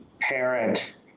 parent